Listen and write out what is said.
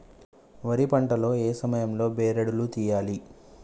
వరి పంట లో ఏ సమయం లో బెరడు లు తియ్యాలి?